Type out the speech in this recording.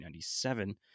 1997